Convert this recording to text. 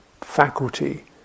faculty